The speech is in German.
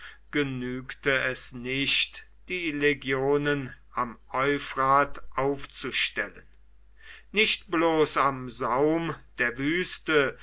genügte es nicht die legionen am euphrat aufzustellen nicht bloß am saum der wüste